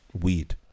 weed